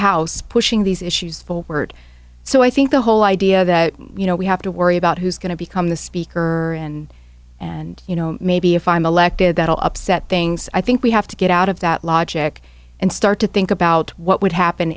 house pushing these issues forward so i think the whole idea that you know we have to worry about who's going to become the speaker and and you know maybe if i'm elected that will upset things i think we have to get out of that logic and start to think about what would happen